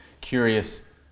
curious